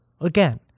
again